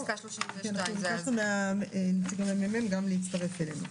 ביקשנו מנציג מרכז המחקר והמידע גם להצטרף אלינו.